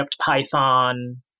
Python